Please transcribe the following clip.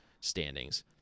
standings